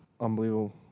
unbelievable